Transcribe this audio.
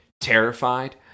terrified